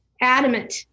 adamant